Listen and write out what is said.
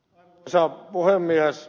arvoisa puhemies